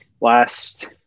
last